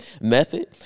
method